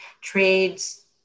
trades